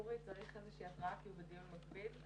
אורי צריך התראה, כי הוא בדיון מקביל.